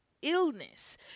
illness